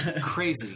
crazy